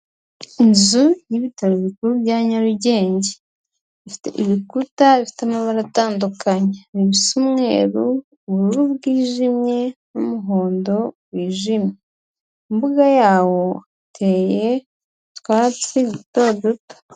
Inzu y'ibitaro bikuru bya Nyarugenge, ifite ibikuta bifite amabara atandukanye, ibisa umweru, ubururu bwijimye, n'umuhondo wijimye, imbuga yaho iteye utwatsi duto duto.